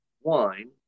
wine